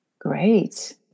Great